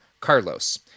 Carlos